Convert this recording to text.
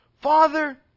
Father